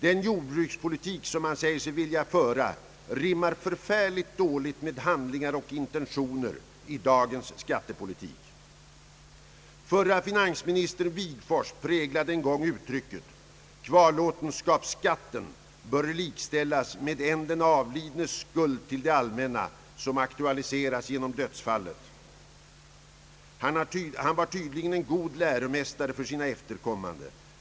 Den jordbrukspolitik som man säger sig vilja föra rimmar förfärligt dåligt med handlingar och intentioner i dagens skattepolitik. Förre finansministern Wigforss präglade en gång uttrycket: »Kvarlåtenskapsskatten bör likställas med en den avlidnes skuld till det allmänna som aktualiseras genom dödsfallet.» Han var tydligen en god läromästare för sina efterkommande.